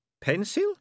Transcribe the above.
Pencil